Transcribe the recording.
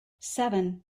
seven